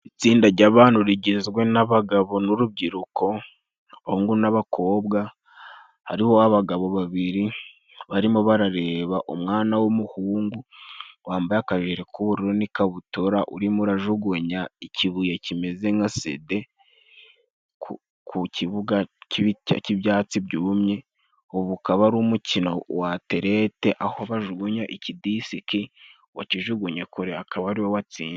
Itsinda jy'abantu rigizwe n'abagabo n'urubyiruko, abahungu n'abakobwa, hariho abagabo babiri barimo barareba umwana w'umuhungu wambaye akajire k'ubururu n'ikabutura urimo urajugunya ikibuye kimeze nka sede ku kibuga cy'ibyatsi byumye, ubu akaba ari umukino waterete aho bajugunya ikidisiki, uwakijugunye kure akaba ari we watsinze.